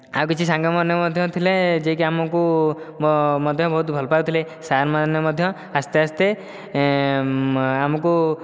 ଆଉ କିଛି ସାଙ୍ଗମାନେ ମଧ୍ୟ ଥିଲେ ଯେକି ଆମକୁ ମଧ୍ୟ ବହୁତ ଭଲ ପାଉଥିଲେ ସାରମାନେ ମଧ୍ୟ ଆସ୍ତେ ଆସ୍ତେ ଆମକୁ